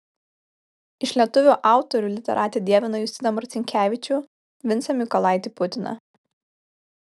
iš lietuvių autorių literatė dievina justiną marcinkevičių vincą mykolaitį putiną